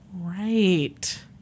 Right